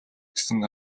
гэсэн